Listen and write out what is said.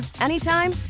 anytime